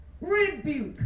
rebuke